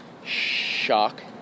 shock